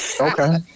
Okay